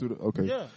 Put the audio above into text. okay